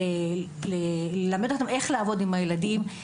איך לעבוד עם הילדים,